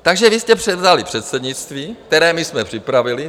Takže vy jste převzali předsednictví, které my jsme připravili.